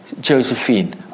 Josephine